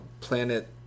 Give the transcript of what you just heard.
Planet